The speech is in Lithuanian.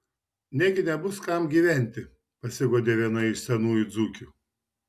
negi nebus kam gyventi pasiguodė viena iš senųjų dzūkių